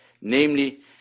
namely